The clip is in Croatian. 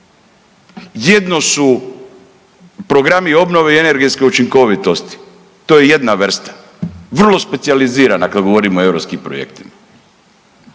Jedno su programi obnove i energetska učinkovitost, to je jedna vrsta vrlo specijalizirana kad govorimo europskim projektima.